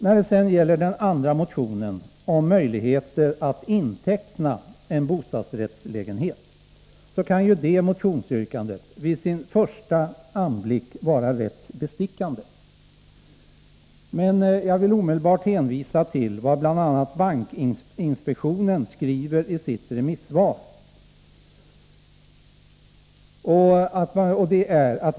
När det gäller den andra motionen, om möjligheter att inteckna en bostadsrättslägenhet, kan detta motionsyrkande vid första anblicken verka rätt bestickande. Men jag vill omedelbart hänvisa till vad bl.a. bankinspektionen skriver i sitt remissvar.